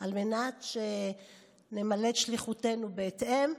על מנת שנמלא את שליחותנו בהתאם,